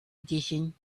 edition